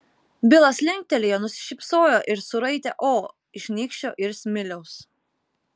bilas linktelėjo nusišypsojo ir suraitė o iš nykščio ir smiliaus